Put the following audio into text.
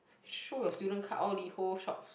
sure student card all Liho shops